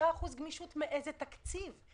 5% גמישות מאיזה תקציב?